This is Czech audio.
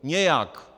Nějak.